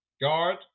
guard